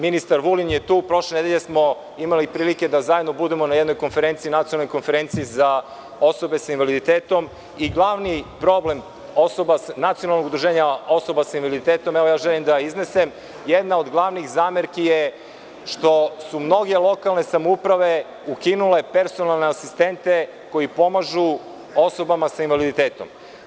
Ministar Vulin je tu, prošle nedelje smo imali prilike da zajedno budemo na jednoj konferenciji, nacionalnoj konferenciji za osobe sa invaliditetom i glavni problem Nacionalnog udruženja osoba sa invaliditetom, želim da iznesem, jedna od glavnih zamerki je što su mnogo lokalne samouprave ukinule personalne asistente koji pomažu osobama sa invaliditetom.